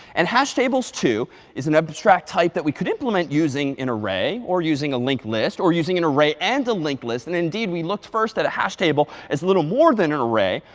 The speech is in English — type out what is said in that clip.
and hash tables too is an abstract type that we could implement using an array or using a linked list or using an array and a linked list. and indeed, we looked first at a hash table as little more than an array.